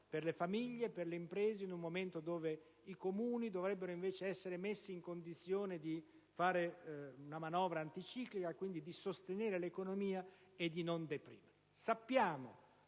per le famiglie e le imprese, in un momento in cui i Comuni dovrebbero essere invece messi in condizione di porre in essere una manovra anticiclica, quindi di sostenere l'economia e di non deprimerla.